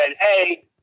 Hey